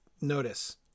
Notice